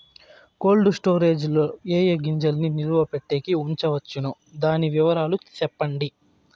Cold storage లో ఏ ఏ గింజల్ని నిలువ పెట్టేకి ఉంచవచ్చును? దాని వివరాలు సెప్పండి?